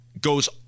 goes